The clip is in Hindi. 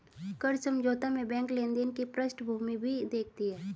कर्ज समझौता में बैंक लेनदार की पृष्ठभूमि भी देखती है